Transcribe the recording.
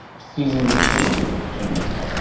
season two of jonas.